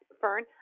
Fern